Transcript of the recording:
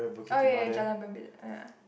oh ya Jalan-Birbid ya